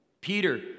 Peter